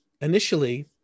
initially